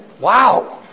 Wow